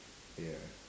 ya